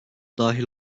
dahil